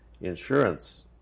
insurance